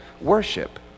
worship